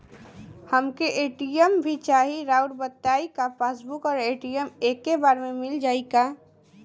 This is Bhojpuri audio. हमके ए.टी.एम भी चाही राउर बताई का पासबुक और ए.टी.एम एके बार में मील जाई का?